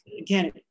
again